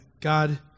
God